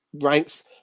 ranks